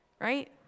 right